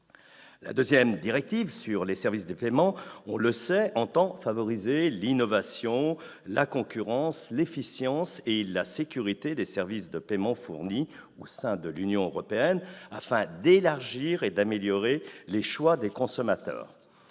La deuxième directive sur les services de paiement, on le sait, entend favoriser l'innovation, la concurrence, l'efficience et la sécurité des services de paiement fournis au sein de l'Union européenne, afin d'élargir et d'améliorer les choix des consommateurs.